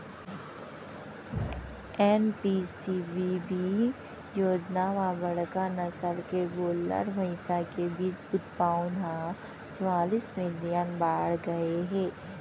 NPCBB योजना म बड़का नसल के गोल्लर, भईंस के बीज उत्पाउन ह चवालिस मिलियन बाड़गे गए हे